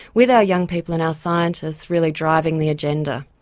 with our young people and our scientists really driving the agenda.